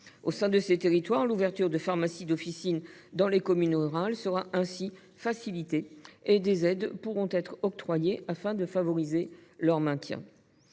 et déjà prévus par la loi. L’ouverture de pharmacies d’officine dans les communes rurales sera ainsi facilitée et des aides pourront être octroyées pour favoriser leur maintien.